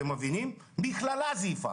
המכללה זייפה